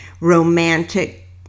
romantic